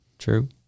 True